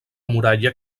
muralla